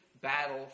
battle